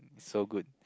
so good